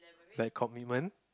like commitment